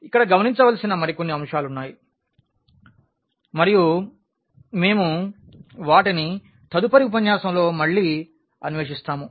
ఇక్కడ గమనించవలసిన మరికొన్ని అంశాలు ఉన్నాయి మరియు మేము వాటిని తదుపరి ఉపన్యాసంలో మళ్ళీ అన్వేషిస్తాము